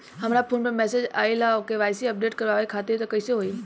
हमरा फोन पर मैसेज आइलह के.वाइ.सी अपडेट करवावे खातिर त कइसे होई?